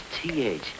TH